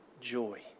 joy